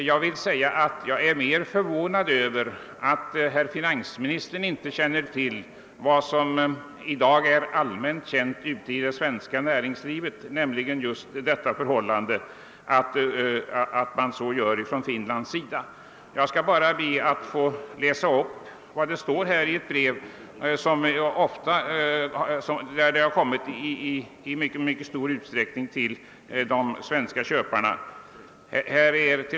Jag är mer förvånad över att finansministern inte känner till detta förhållande som är allmänt känt i det svenska näringslivet. Jag skall läsa upp vad som står i ett brev av det slaget — brev som i mycket stor utsträckning kommit till de svenska köparna.